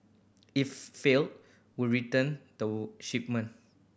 if failed would return the shipment